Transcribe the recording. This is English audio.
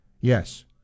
Yes